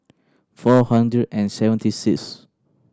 four hundred and seventy sixth